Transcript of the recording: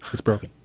it's broken.